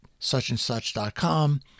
suchandsuch.com